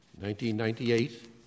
1998